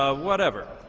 ah whatever.